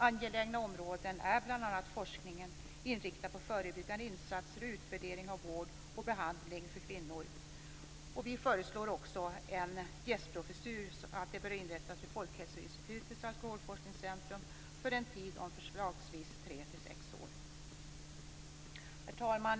Angelägna områden är bl.a. forskning inriktad på förebyggande insatser och utvärdering av vård och behandling för kvinnor. Vi föreslår också att en gästprofessur inrättas vid Folkhälsoinstitutets alkoholforskningscentrum för en tid om förslagsvis 3-6 år. Herr talman!